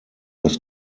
was